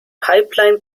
pipeline